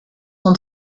son